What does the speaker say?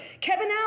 Kevin